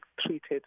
treated